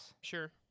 Sure